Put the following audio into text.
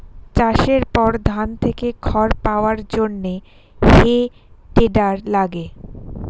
চাষের পর ধান থেকে খড় পাওয়ার জন্যে হে টেডার লাগে